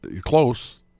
Close